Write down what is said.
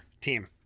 team